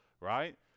right